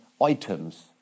items